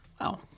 Wow